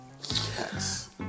Yes